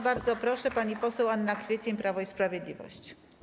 Bardzo proszę, pani poseł Anna Kwiecień, Prawo i Sprawiedliwość.